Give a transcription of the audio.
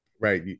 Right